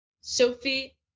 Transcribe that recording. sophie